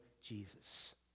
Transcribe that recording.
Jesus